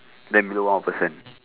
then below one person